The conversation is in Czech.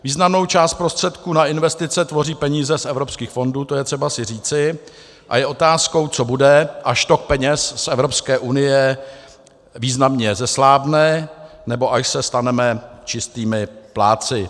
Významnou část prostředků na investice tvoří peníze z evropských fondů, to je třeba si říci, a je otázkou, co bude, až tok peněz z Evropské unie významně zeslábne nebo až se staneme čistými plátci.